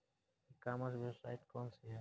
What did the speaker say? ई commerce website कौन सी है?